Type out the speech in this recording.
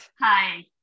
Hi